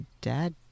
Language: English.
Dad